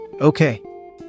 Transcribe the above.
Okay